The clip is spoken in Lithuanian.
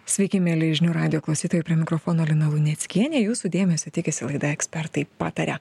sveiki mieli žinių radijo klausytojai prie mikrofono lina luneckienė jūsų dėmesio tikisi laida ekspertai pataria